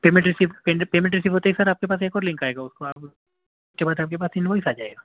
payment receive payment receive ہوتے ہی sir آپ کے پاس ایک اور لنک آئے گا اُس کو آپ اُس کے بعد آپ کے پاس ان وائیس آ جائے گا